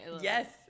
Yes